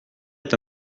est